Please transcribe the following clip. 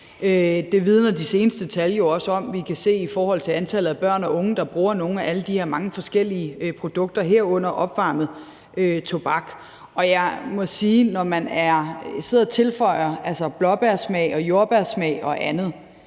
Det vidner de seneste tal jo også om; det kan vi se i forhold til antallet af børn og unge, der bruger nogle af alle de her mange forskellige produkter, herunder opvarmet tobak. Jeg må sige, at når man sidder og tilføjer blåbærsmag, jordbærsmag og andet,